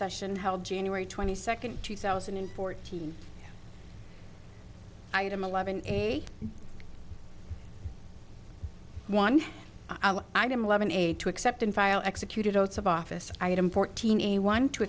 session held january twenty second two thousand and fourteen item eleven eight one item eleven eight to accept and file executed oaths of office i had imported a one to